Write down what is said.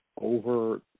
over